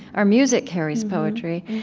our music carries poetry,